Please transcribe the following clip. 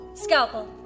Scalpel